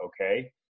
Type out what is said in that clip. okay